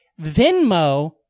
Venmo